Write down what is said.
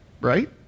right